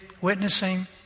witnessing